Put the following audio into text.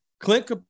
Clint